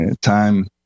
time